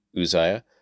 Uzziah